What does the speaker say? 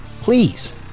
Please